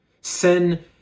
Sin